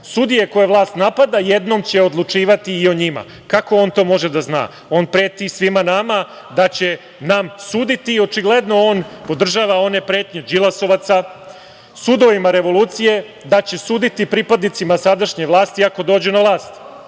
sudije koje vlast napada jednom će odlučivati i o njima. Kako on to može da zna? On preti svima nama da će nam suditi i očigledno on podržava one pretnje đilasovaca sudovima revolucije da će suditi pripadnicima sadašnje vlasti ako dođu na vlast